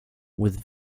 with